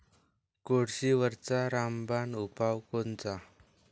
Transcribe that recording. कोळशीवरचा रामबान उपाव कोनचा?